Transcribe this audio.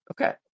Okay